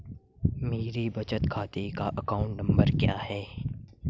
मेरे बचत खाते का अकाउंट नंबर क्या है?